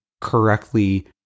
correctly